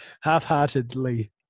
half-heartedly